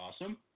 Awesome